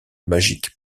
magique